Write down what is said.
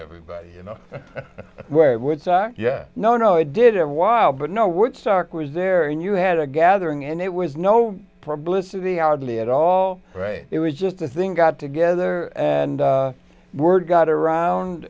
everybody you know where it would sack yeah no no it did while but no woodstock was there and you had a gathering and it was no prob lissa the oddly at all right it was just the thing got together and word got around